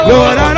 Lord